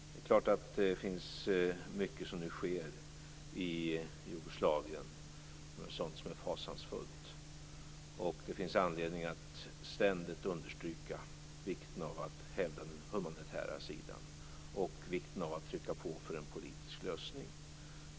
Det är klart att mycket av det som nu sker i Jugoslavien är sådant som är fasansfullt, och det finns anledning att ständigt understryka vikten av att hävda den humanitära sidan och vikten av att trycka på för en politisk lösning.